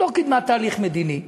לא קידמה תהליך מדיני,